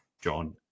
John